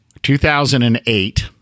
2008